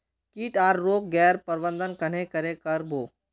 किट आर रोग गैर प्रबंधन कन्हे करे कर बो?